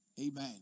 Amen